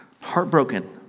heartbroken